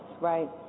right